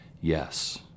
yes